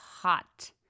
hot